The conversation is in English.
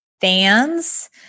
fans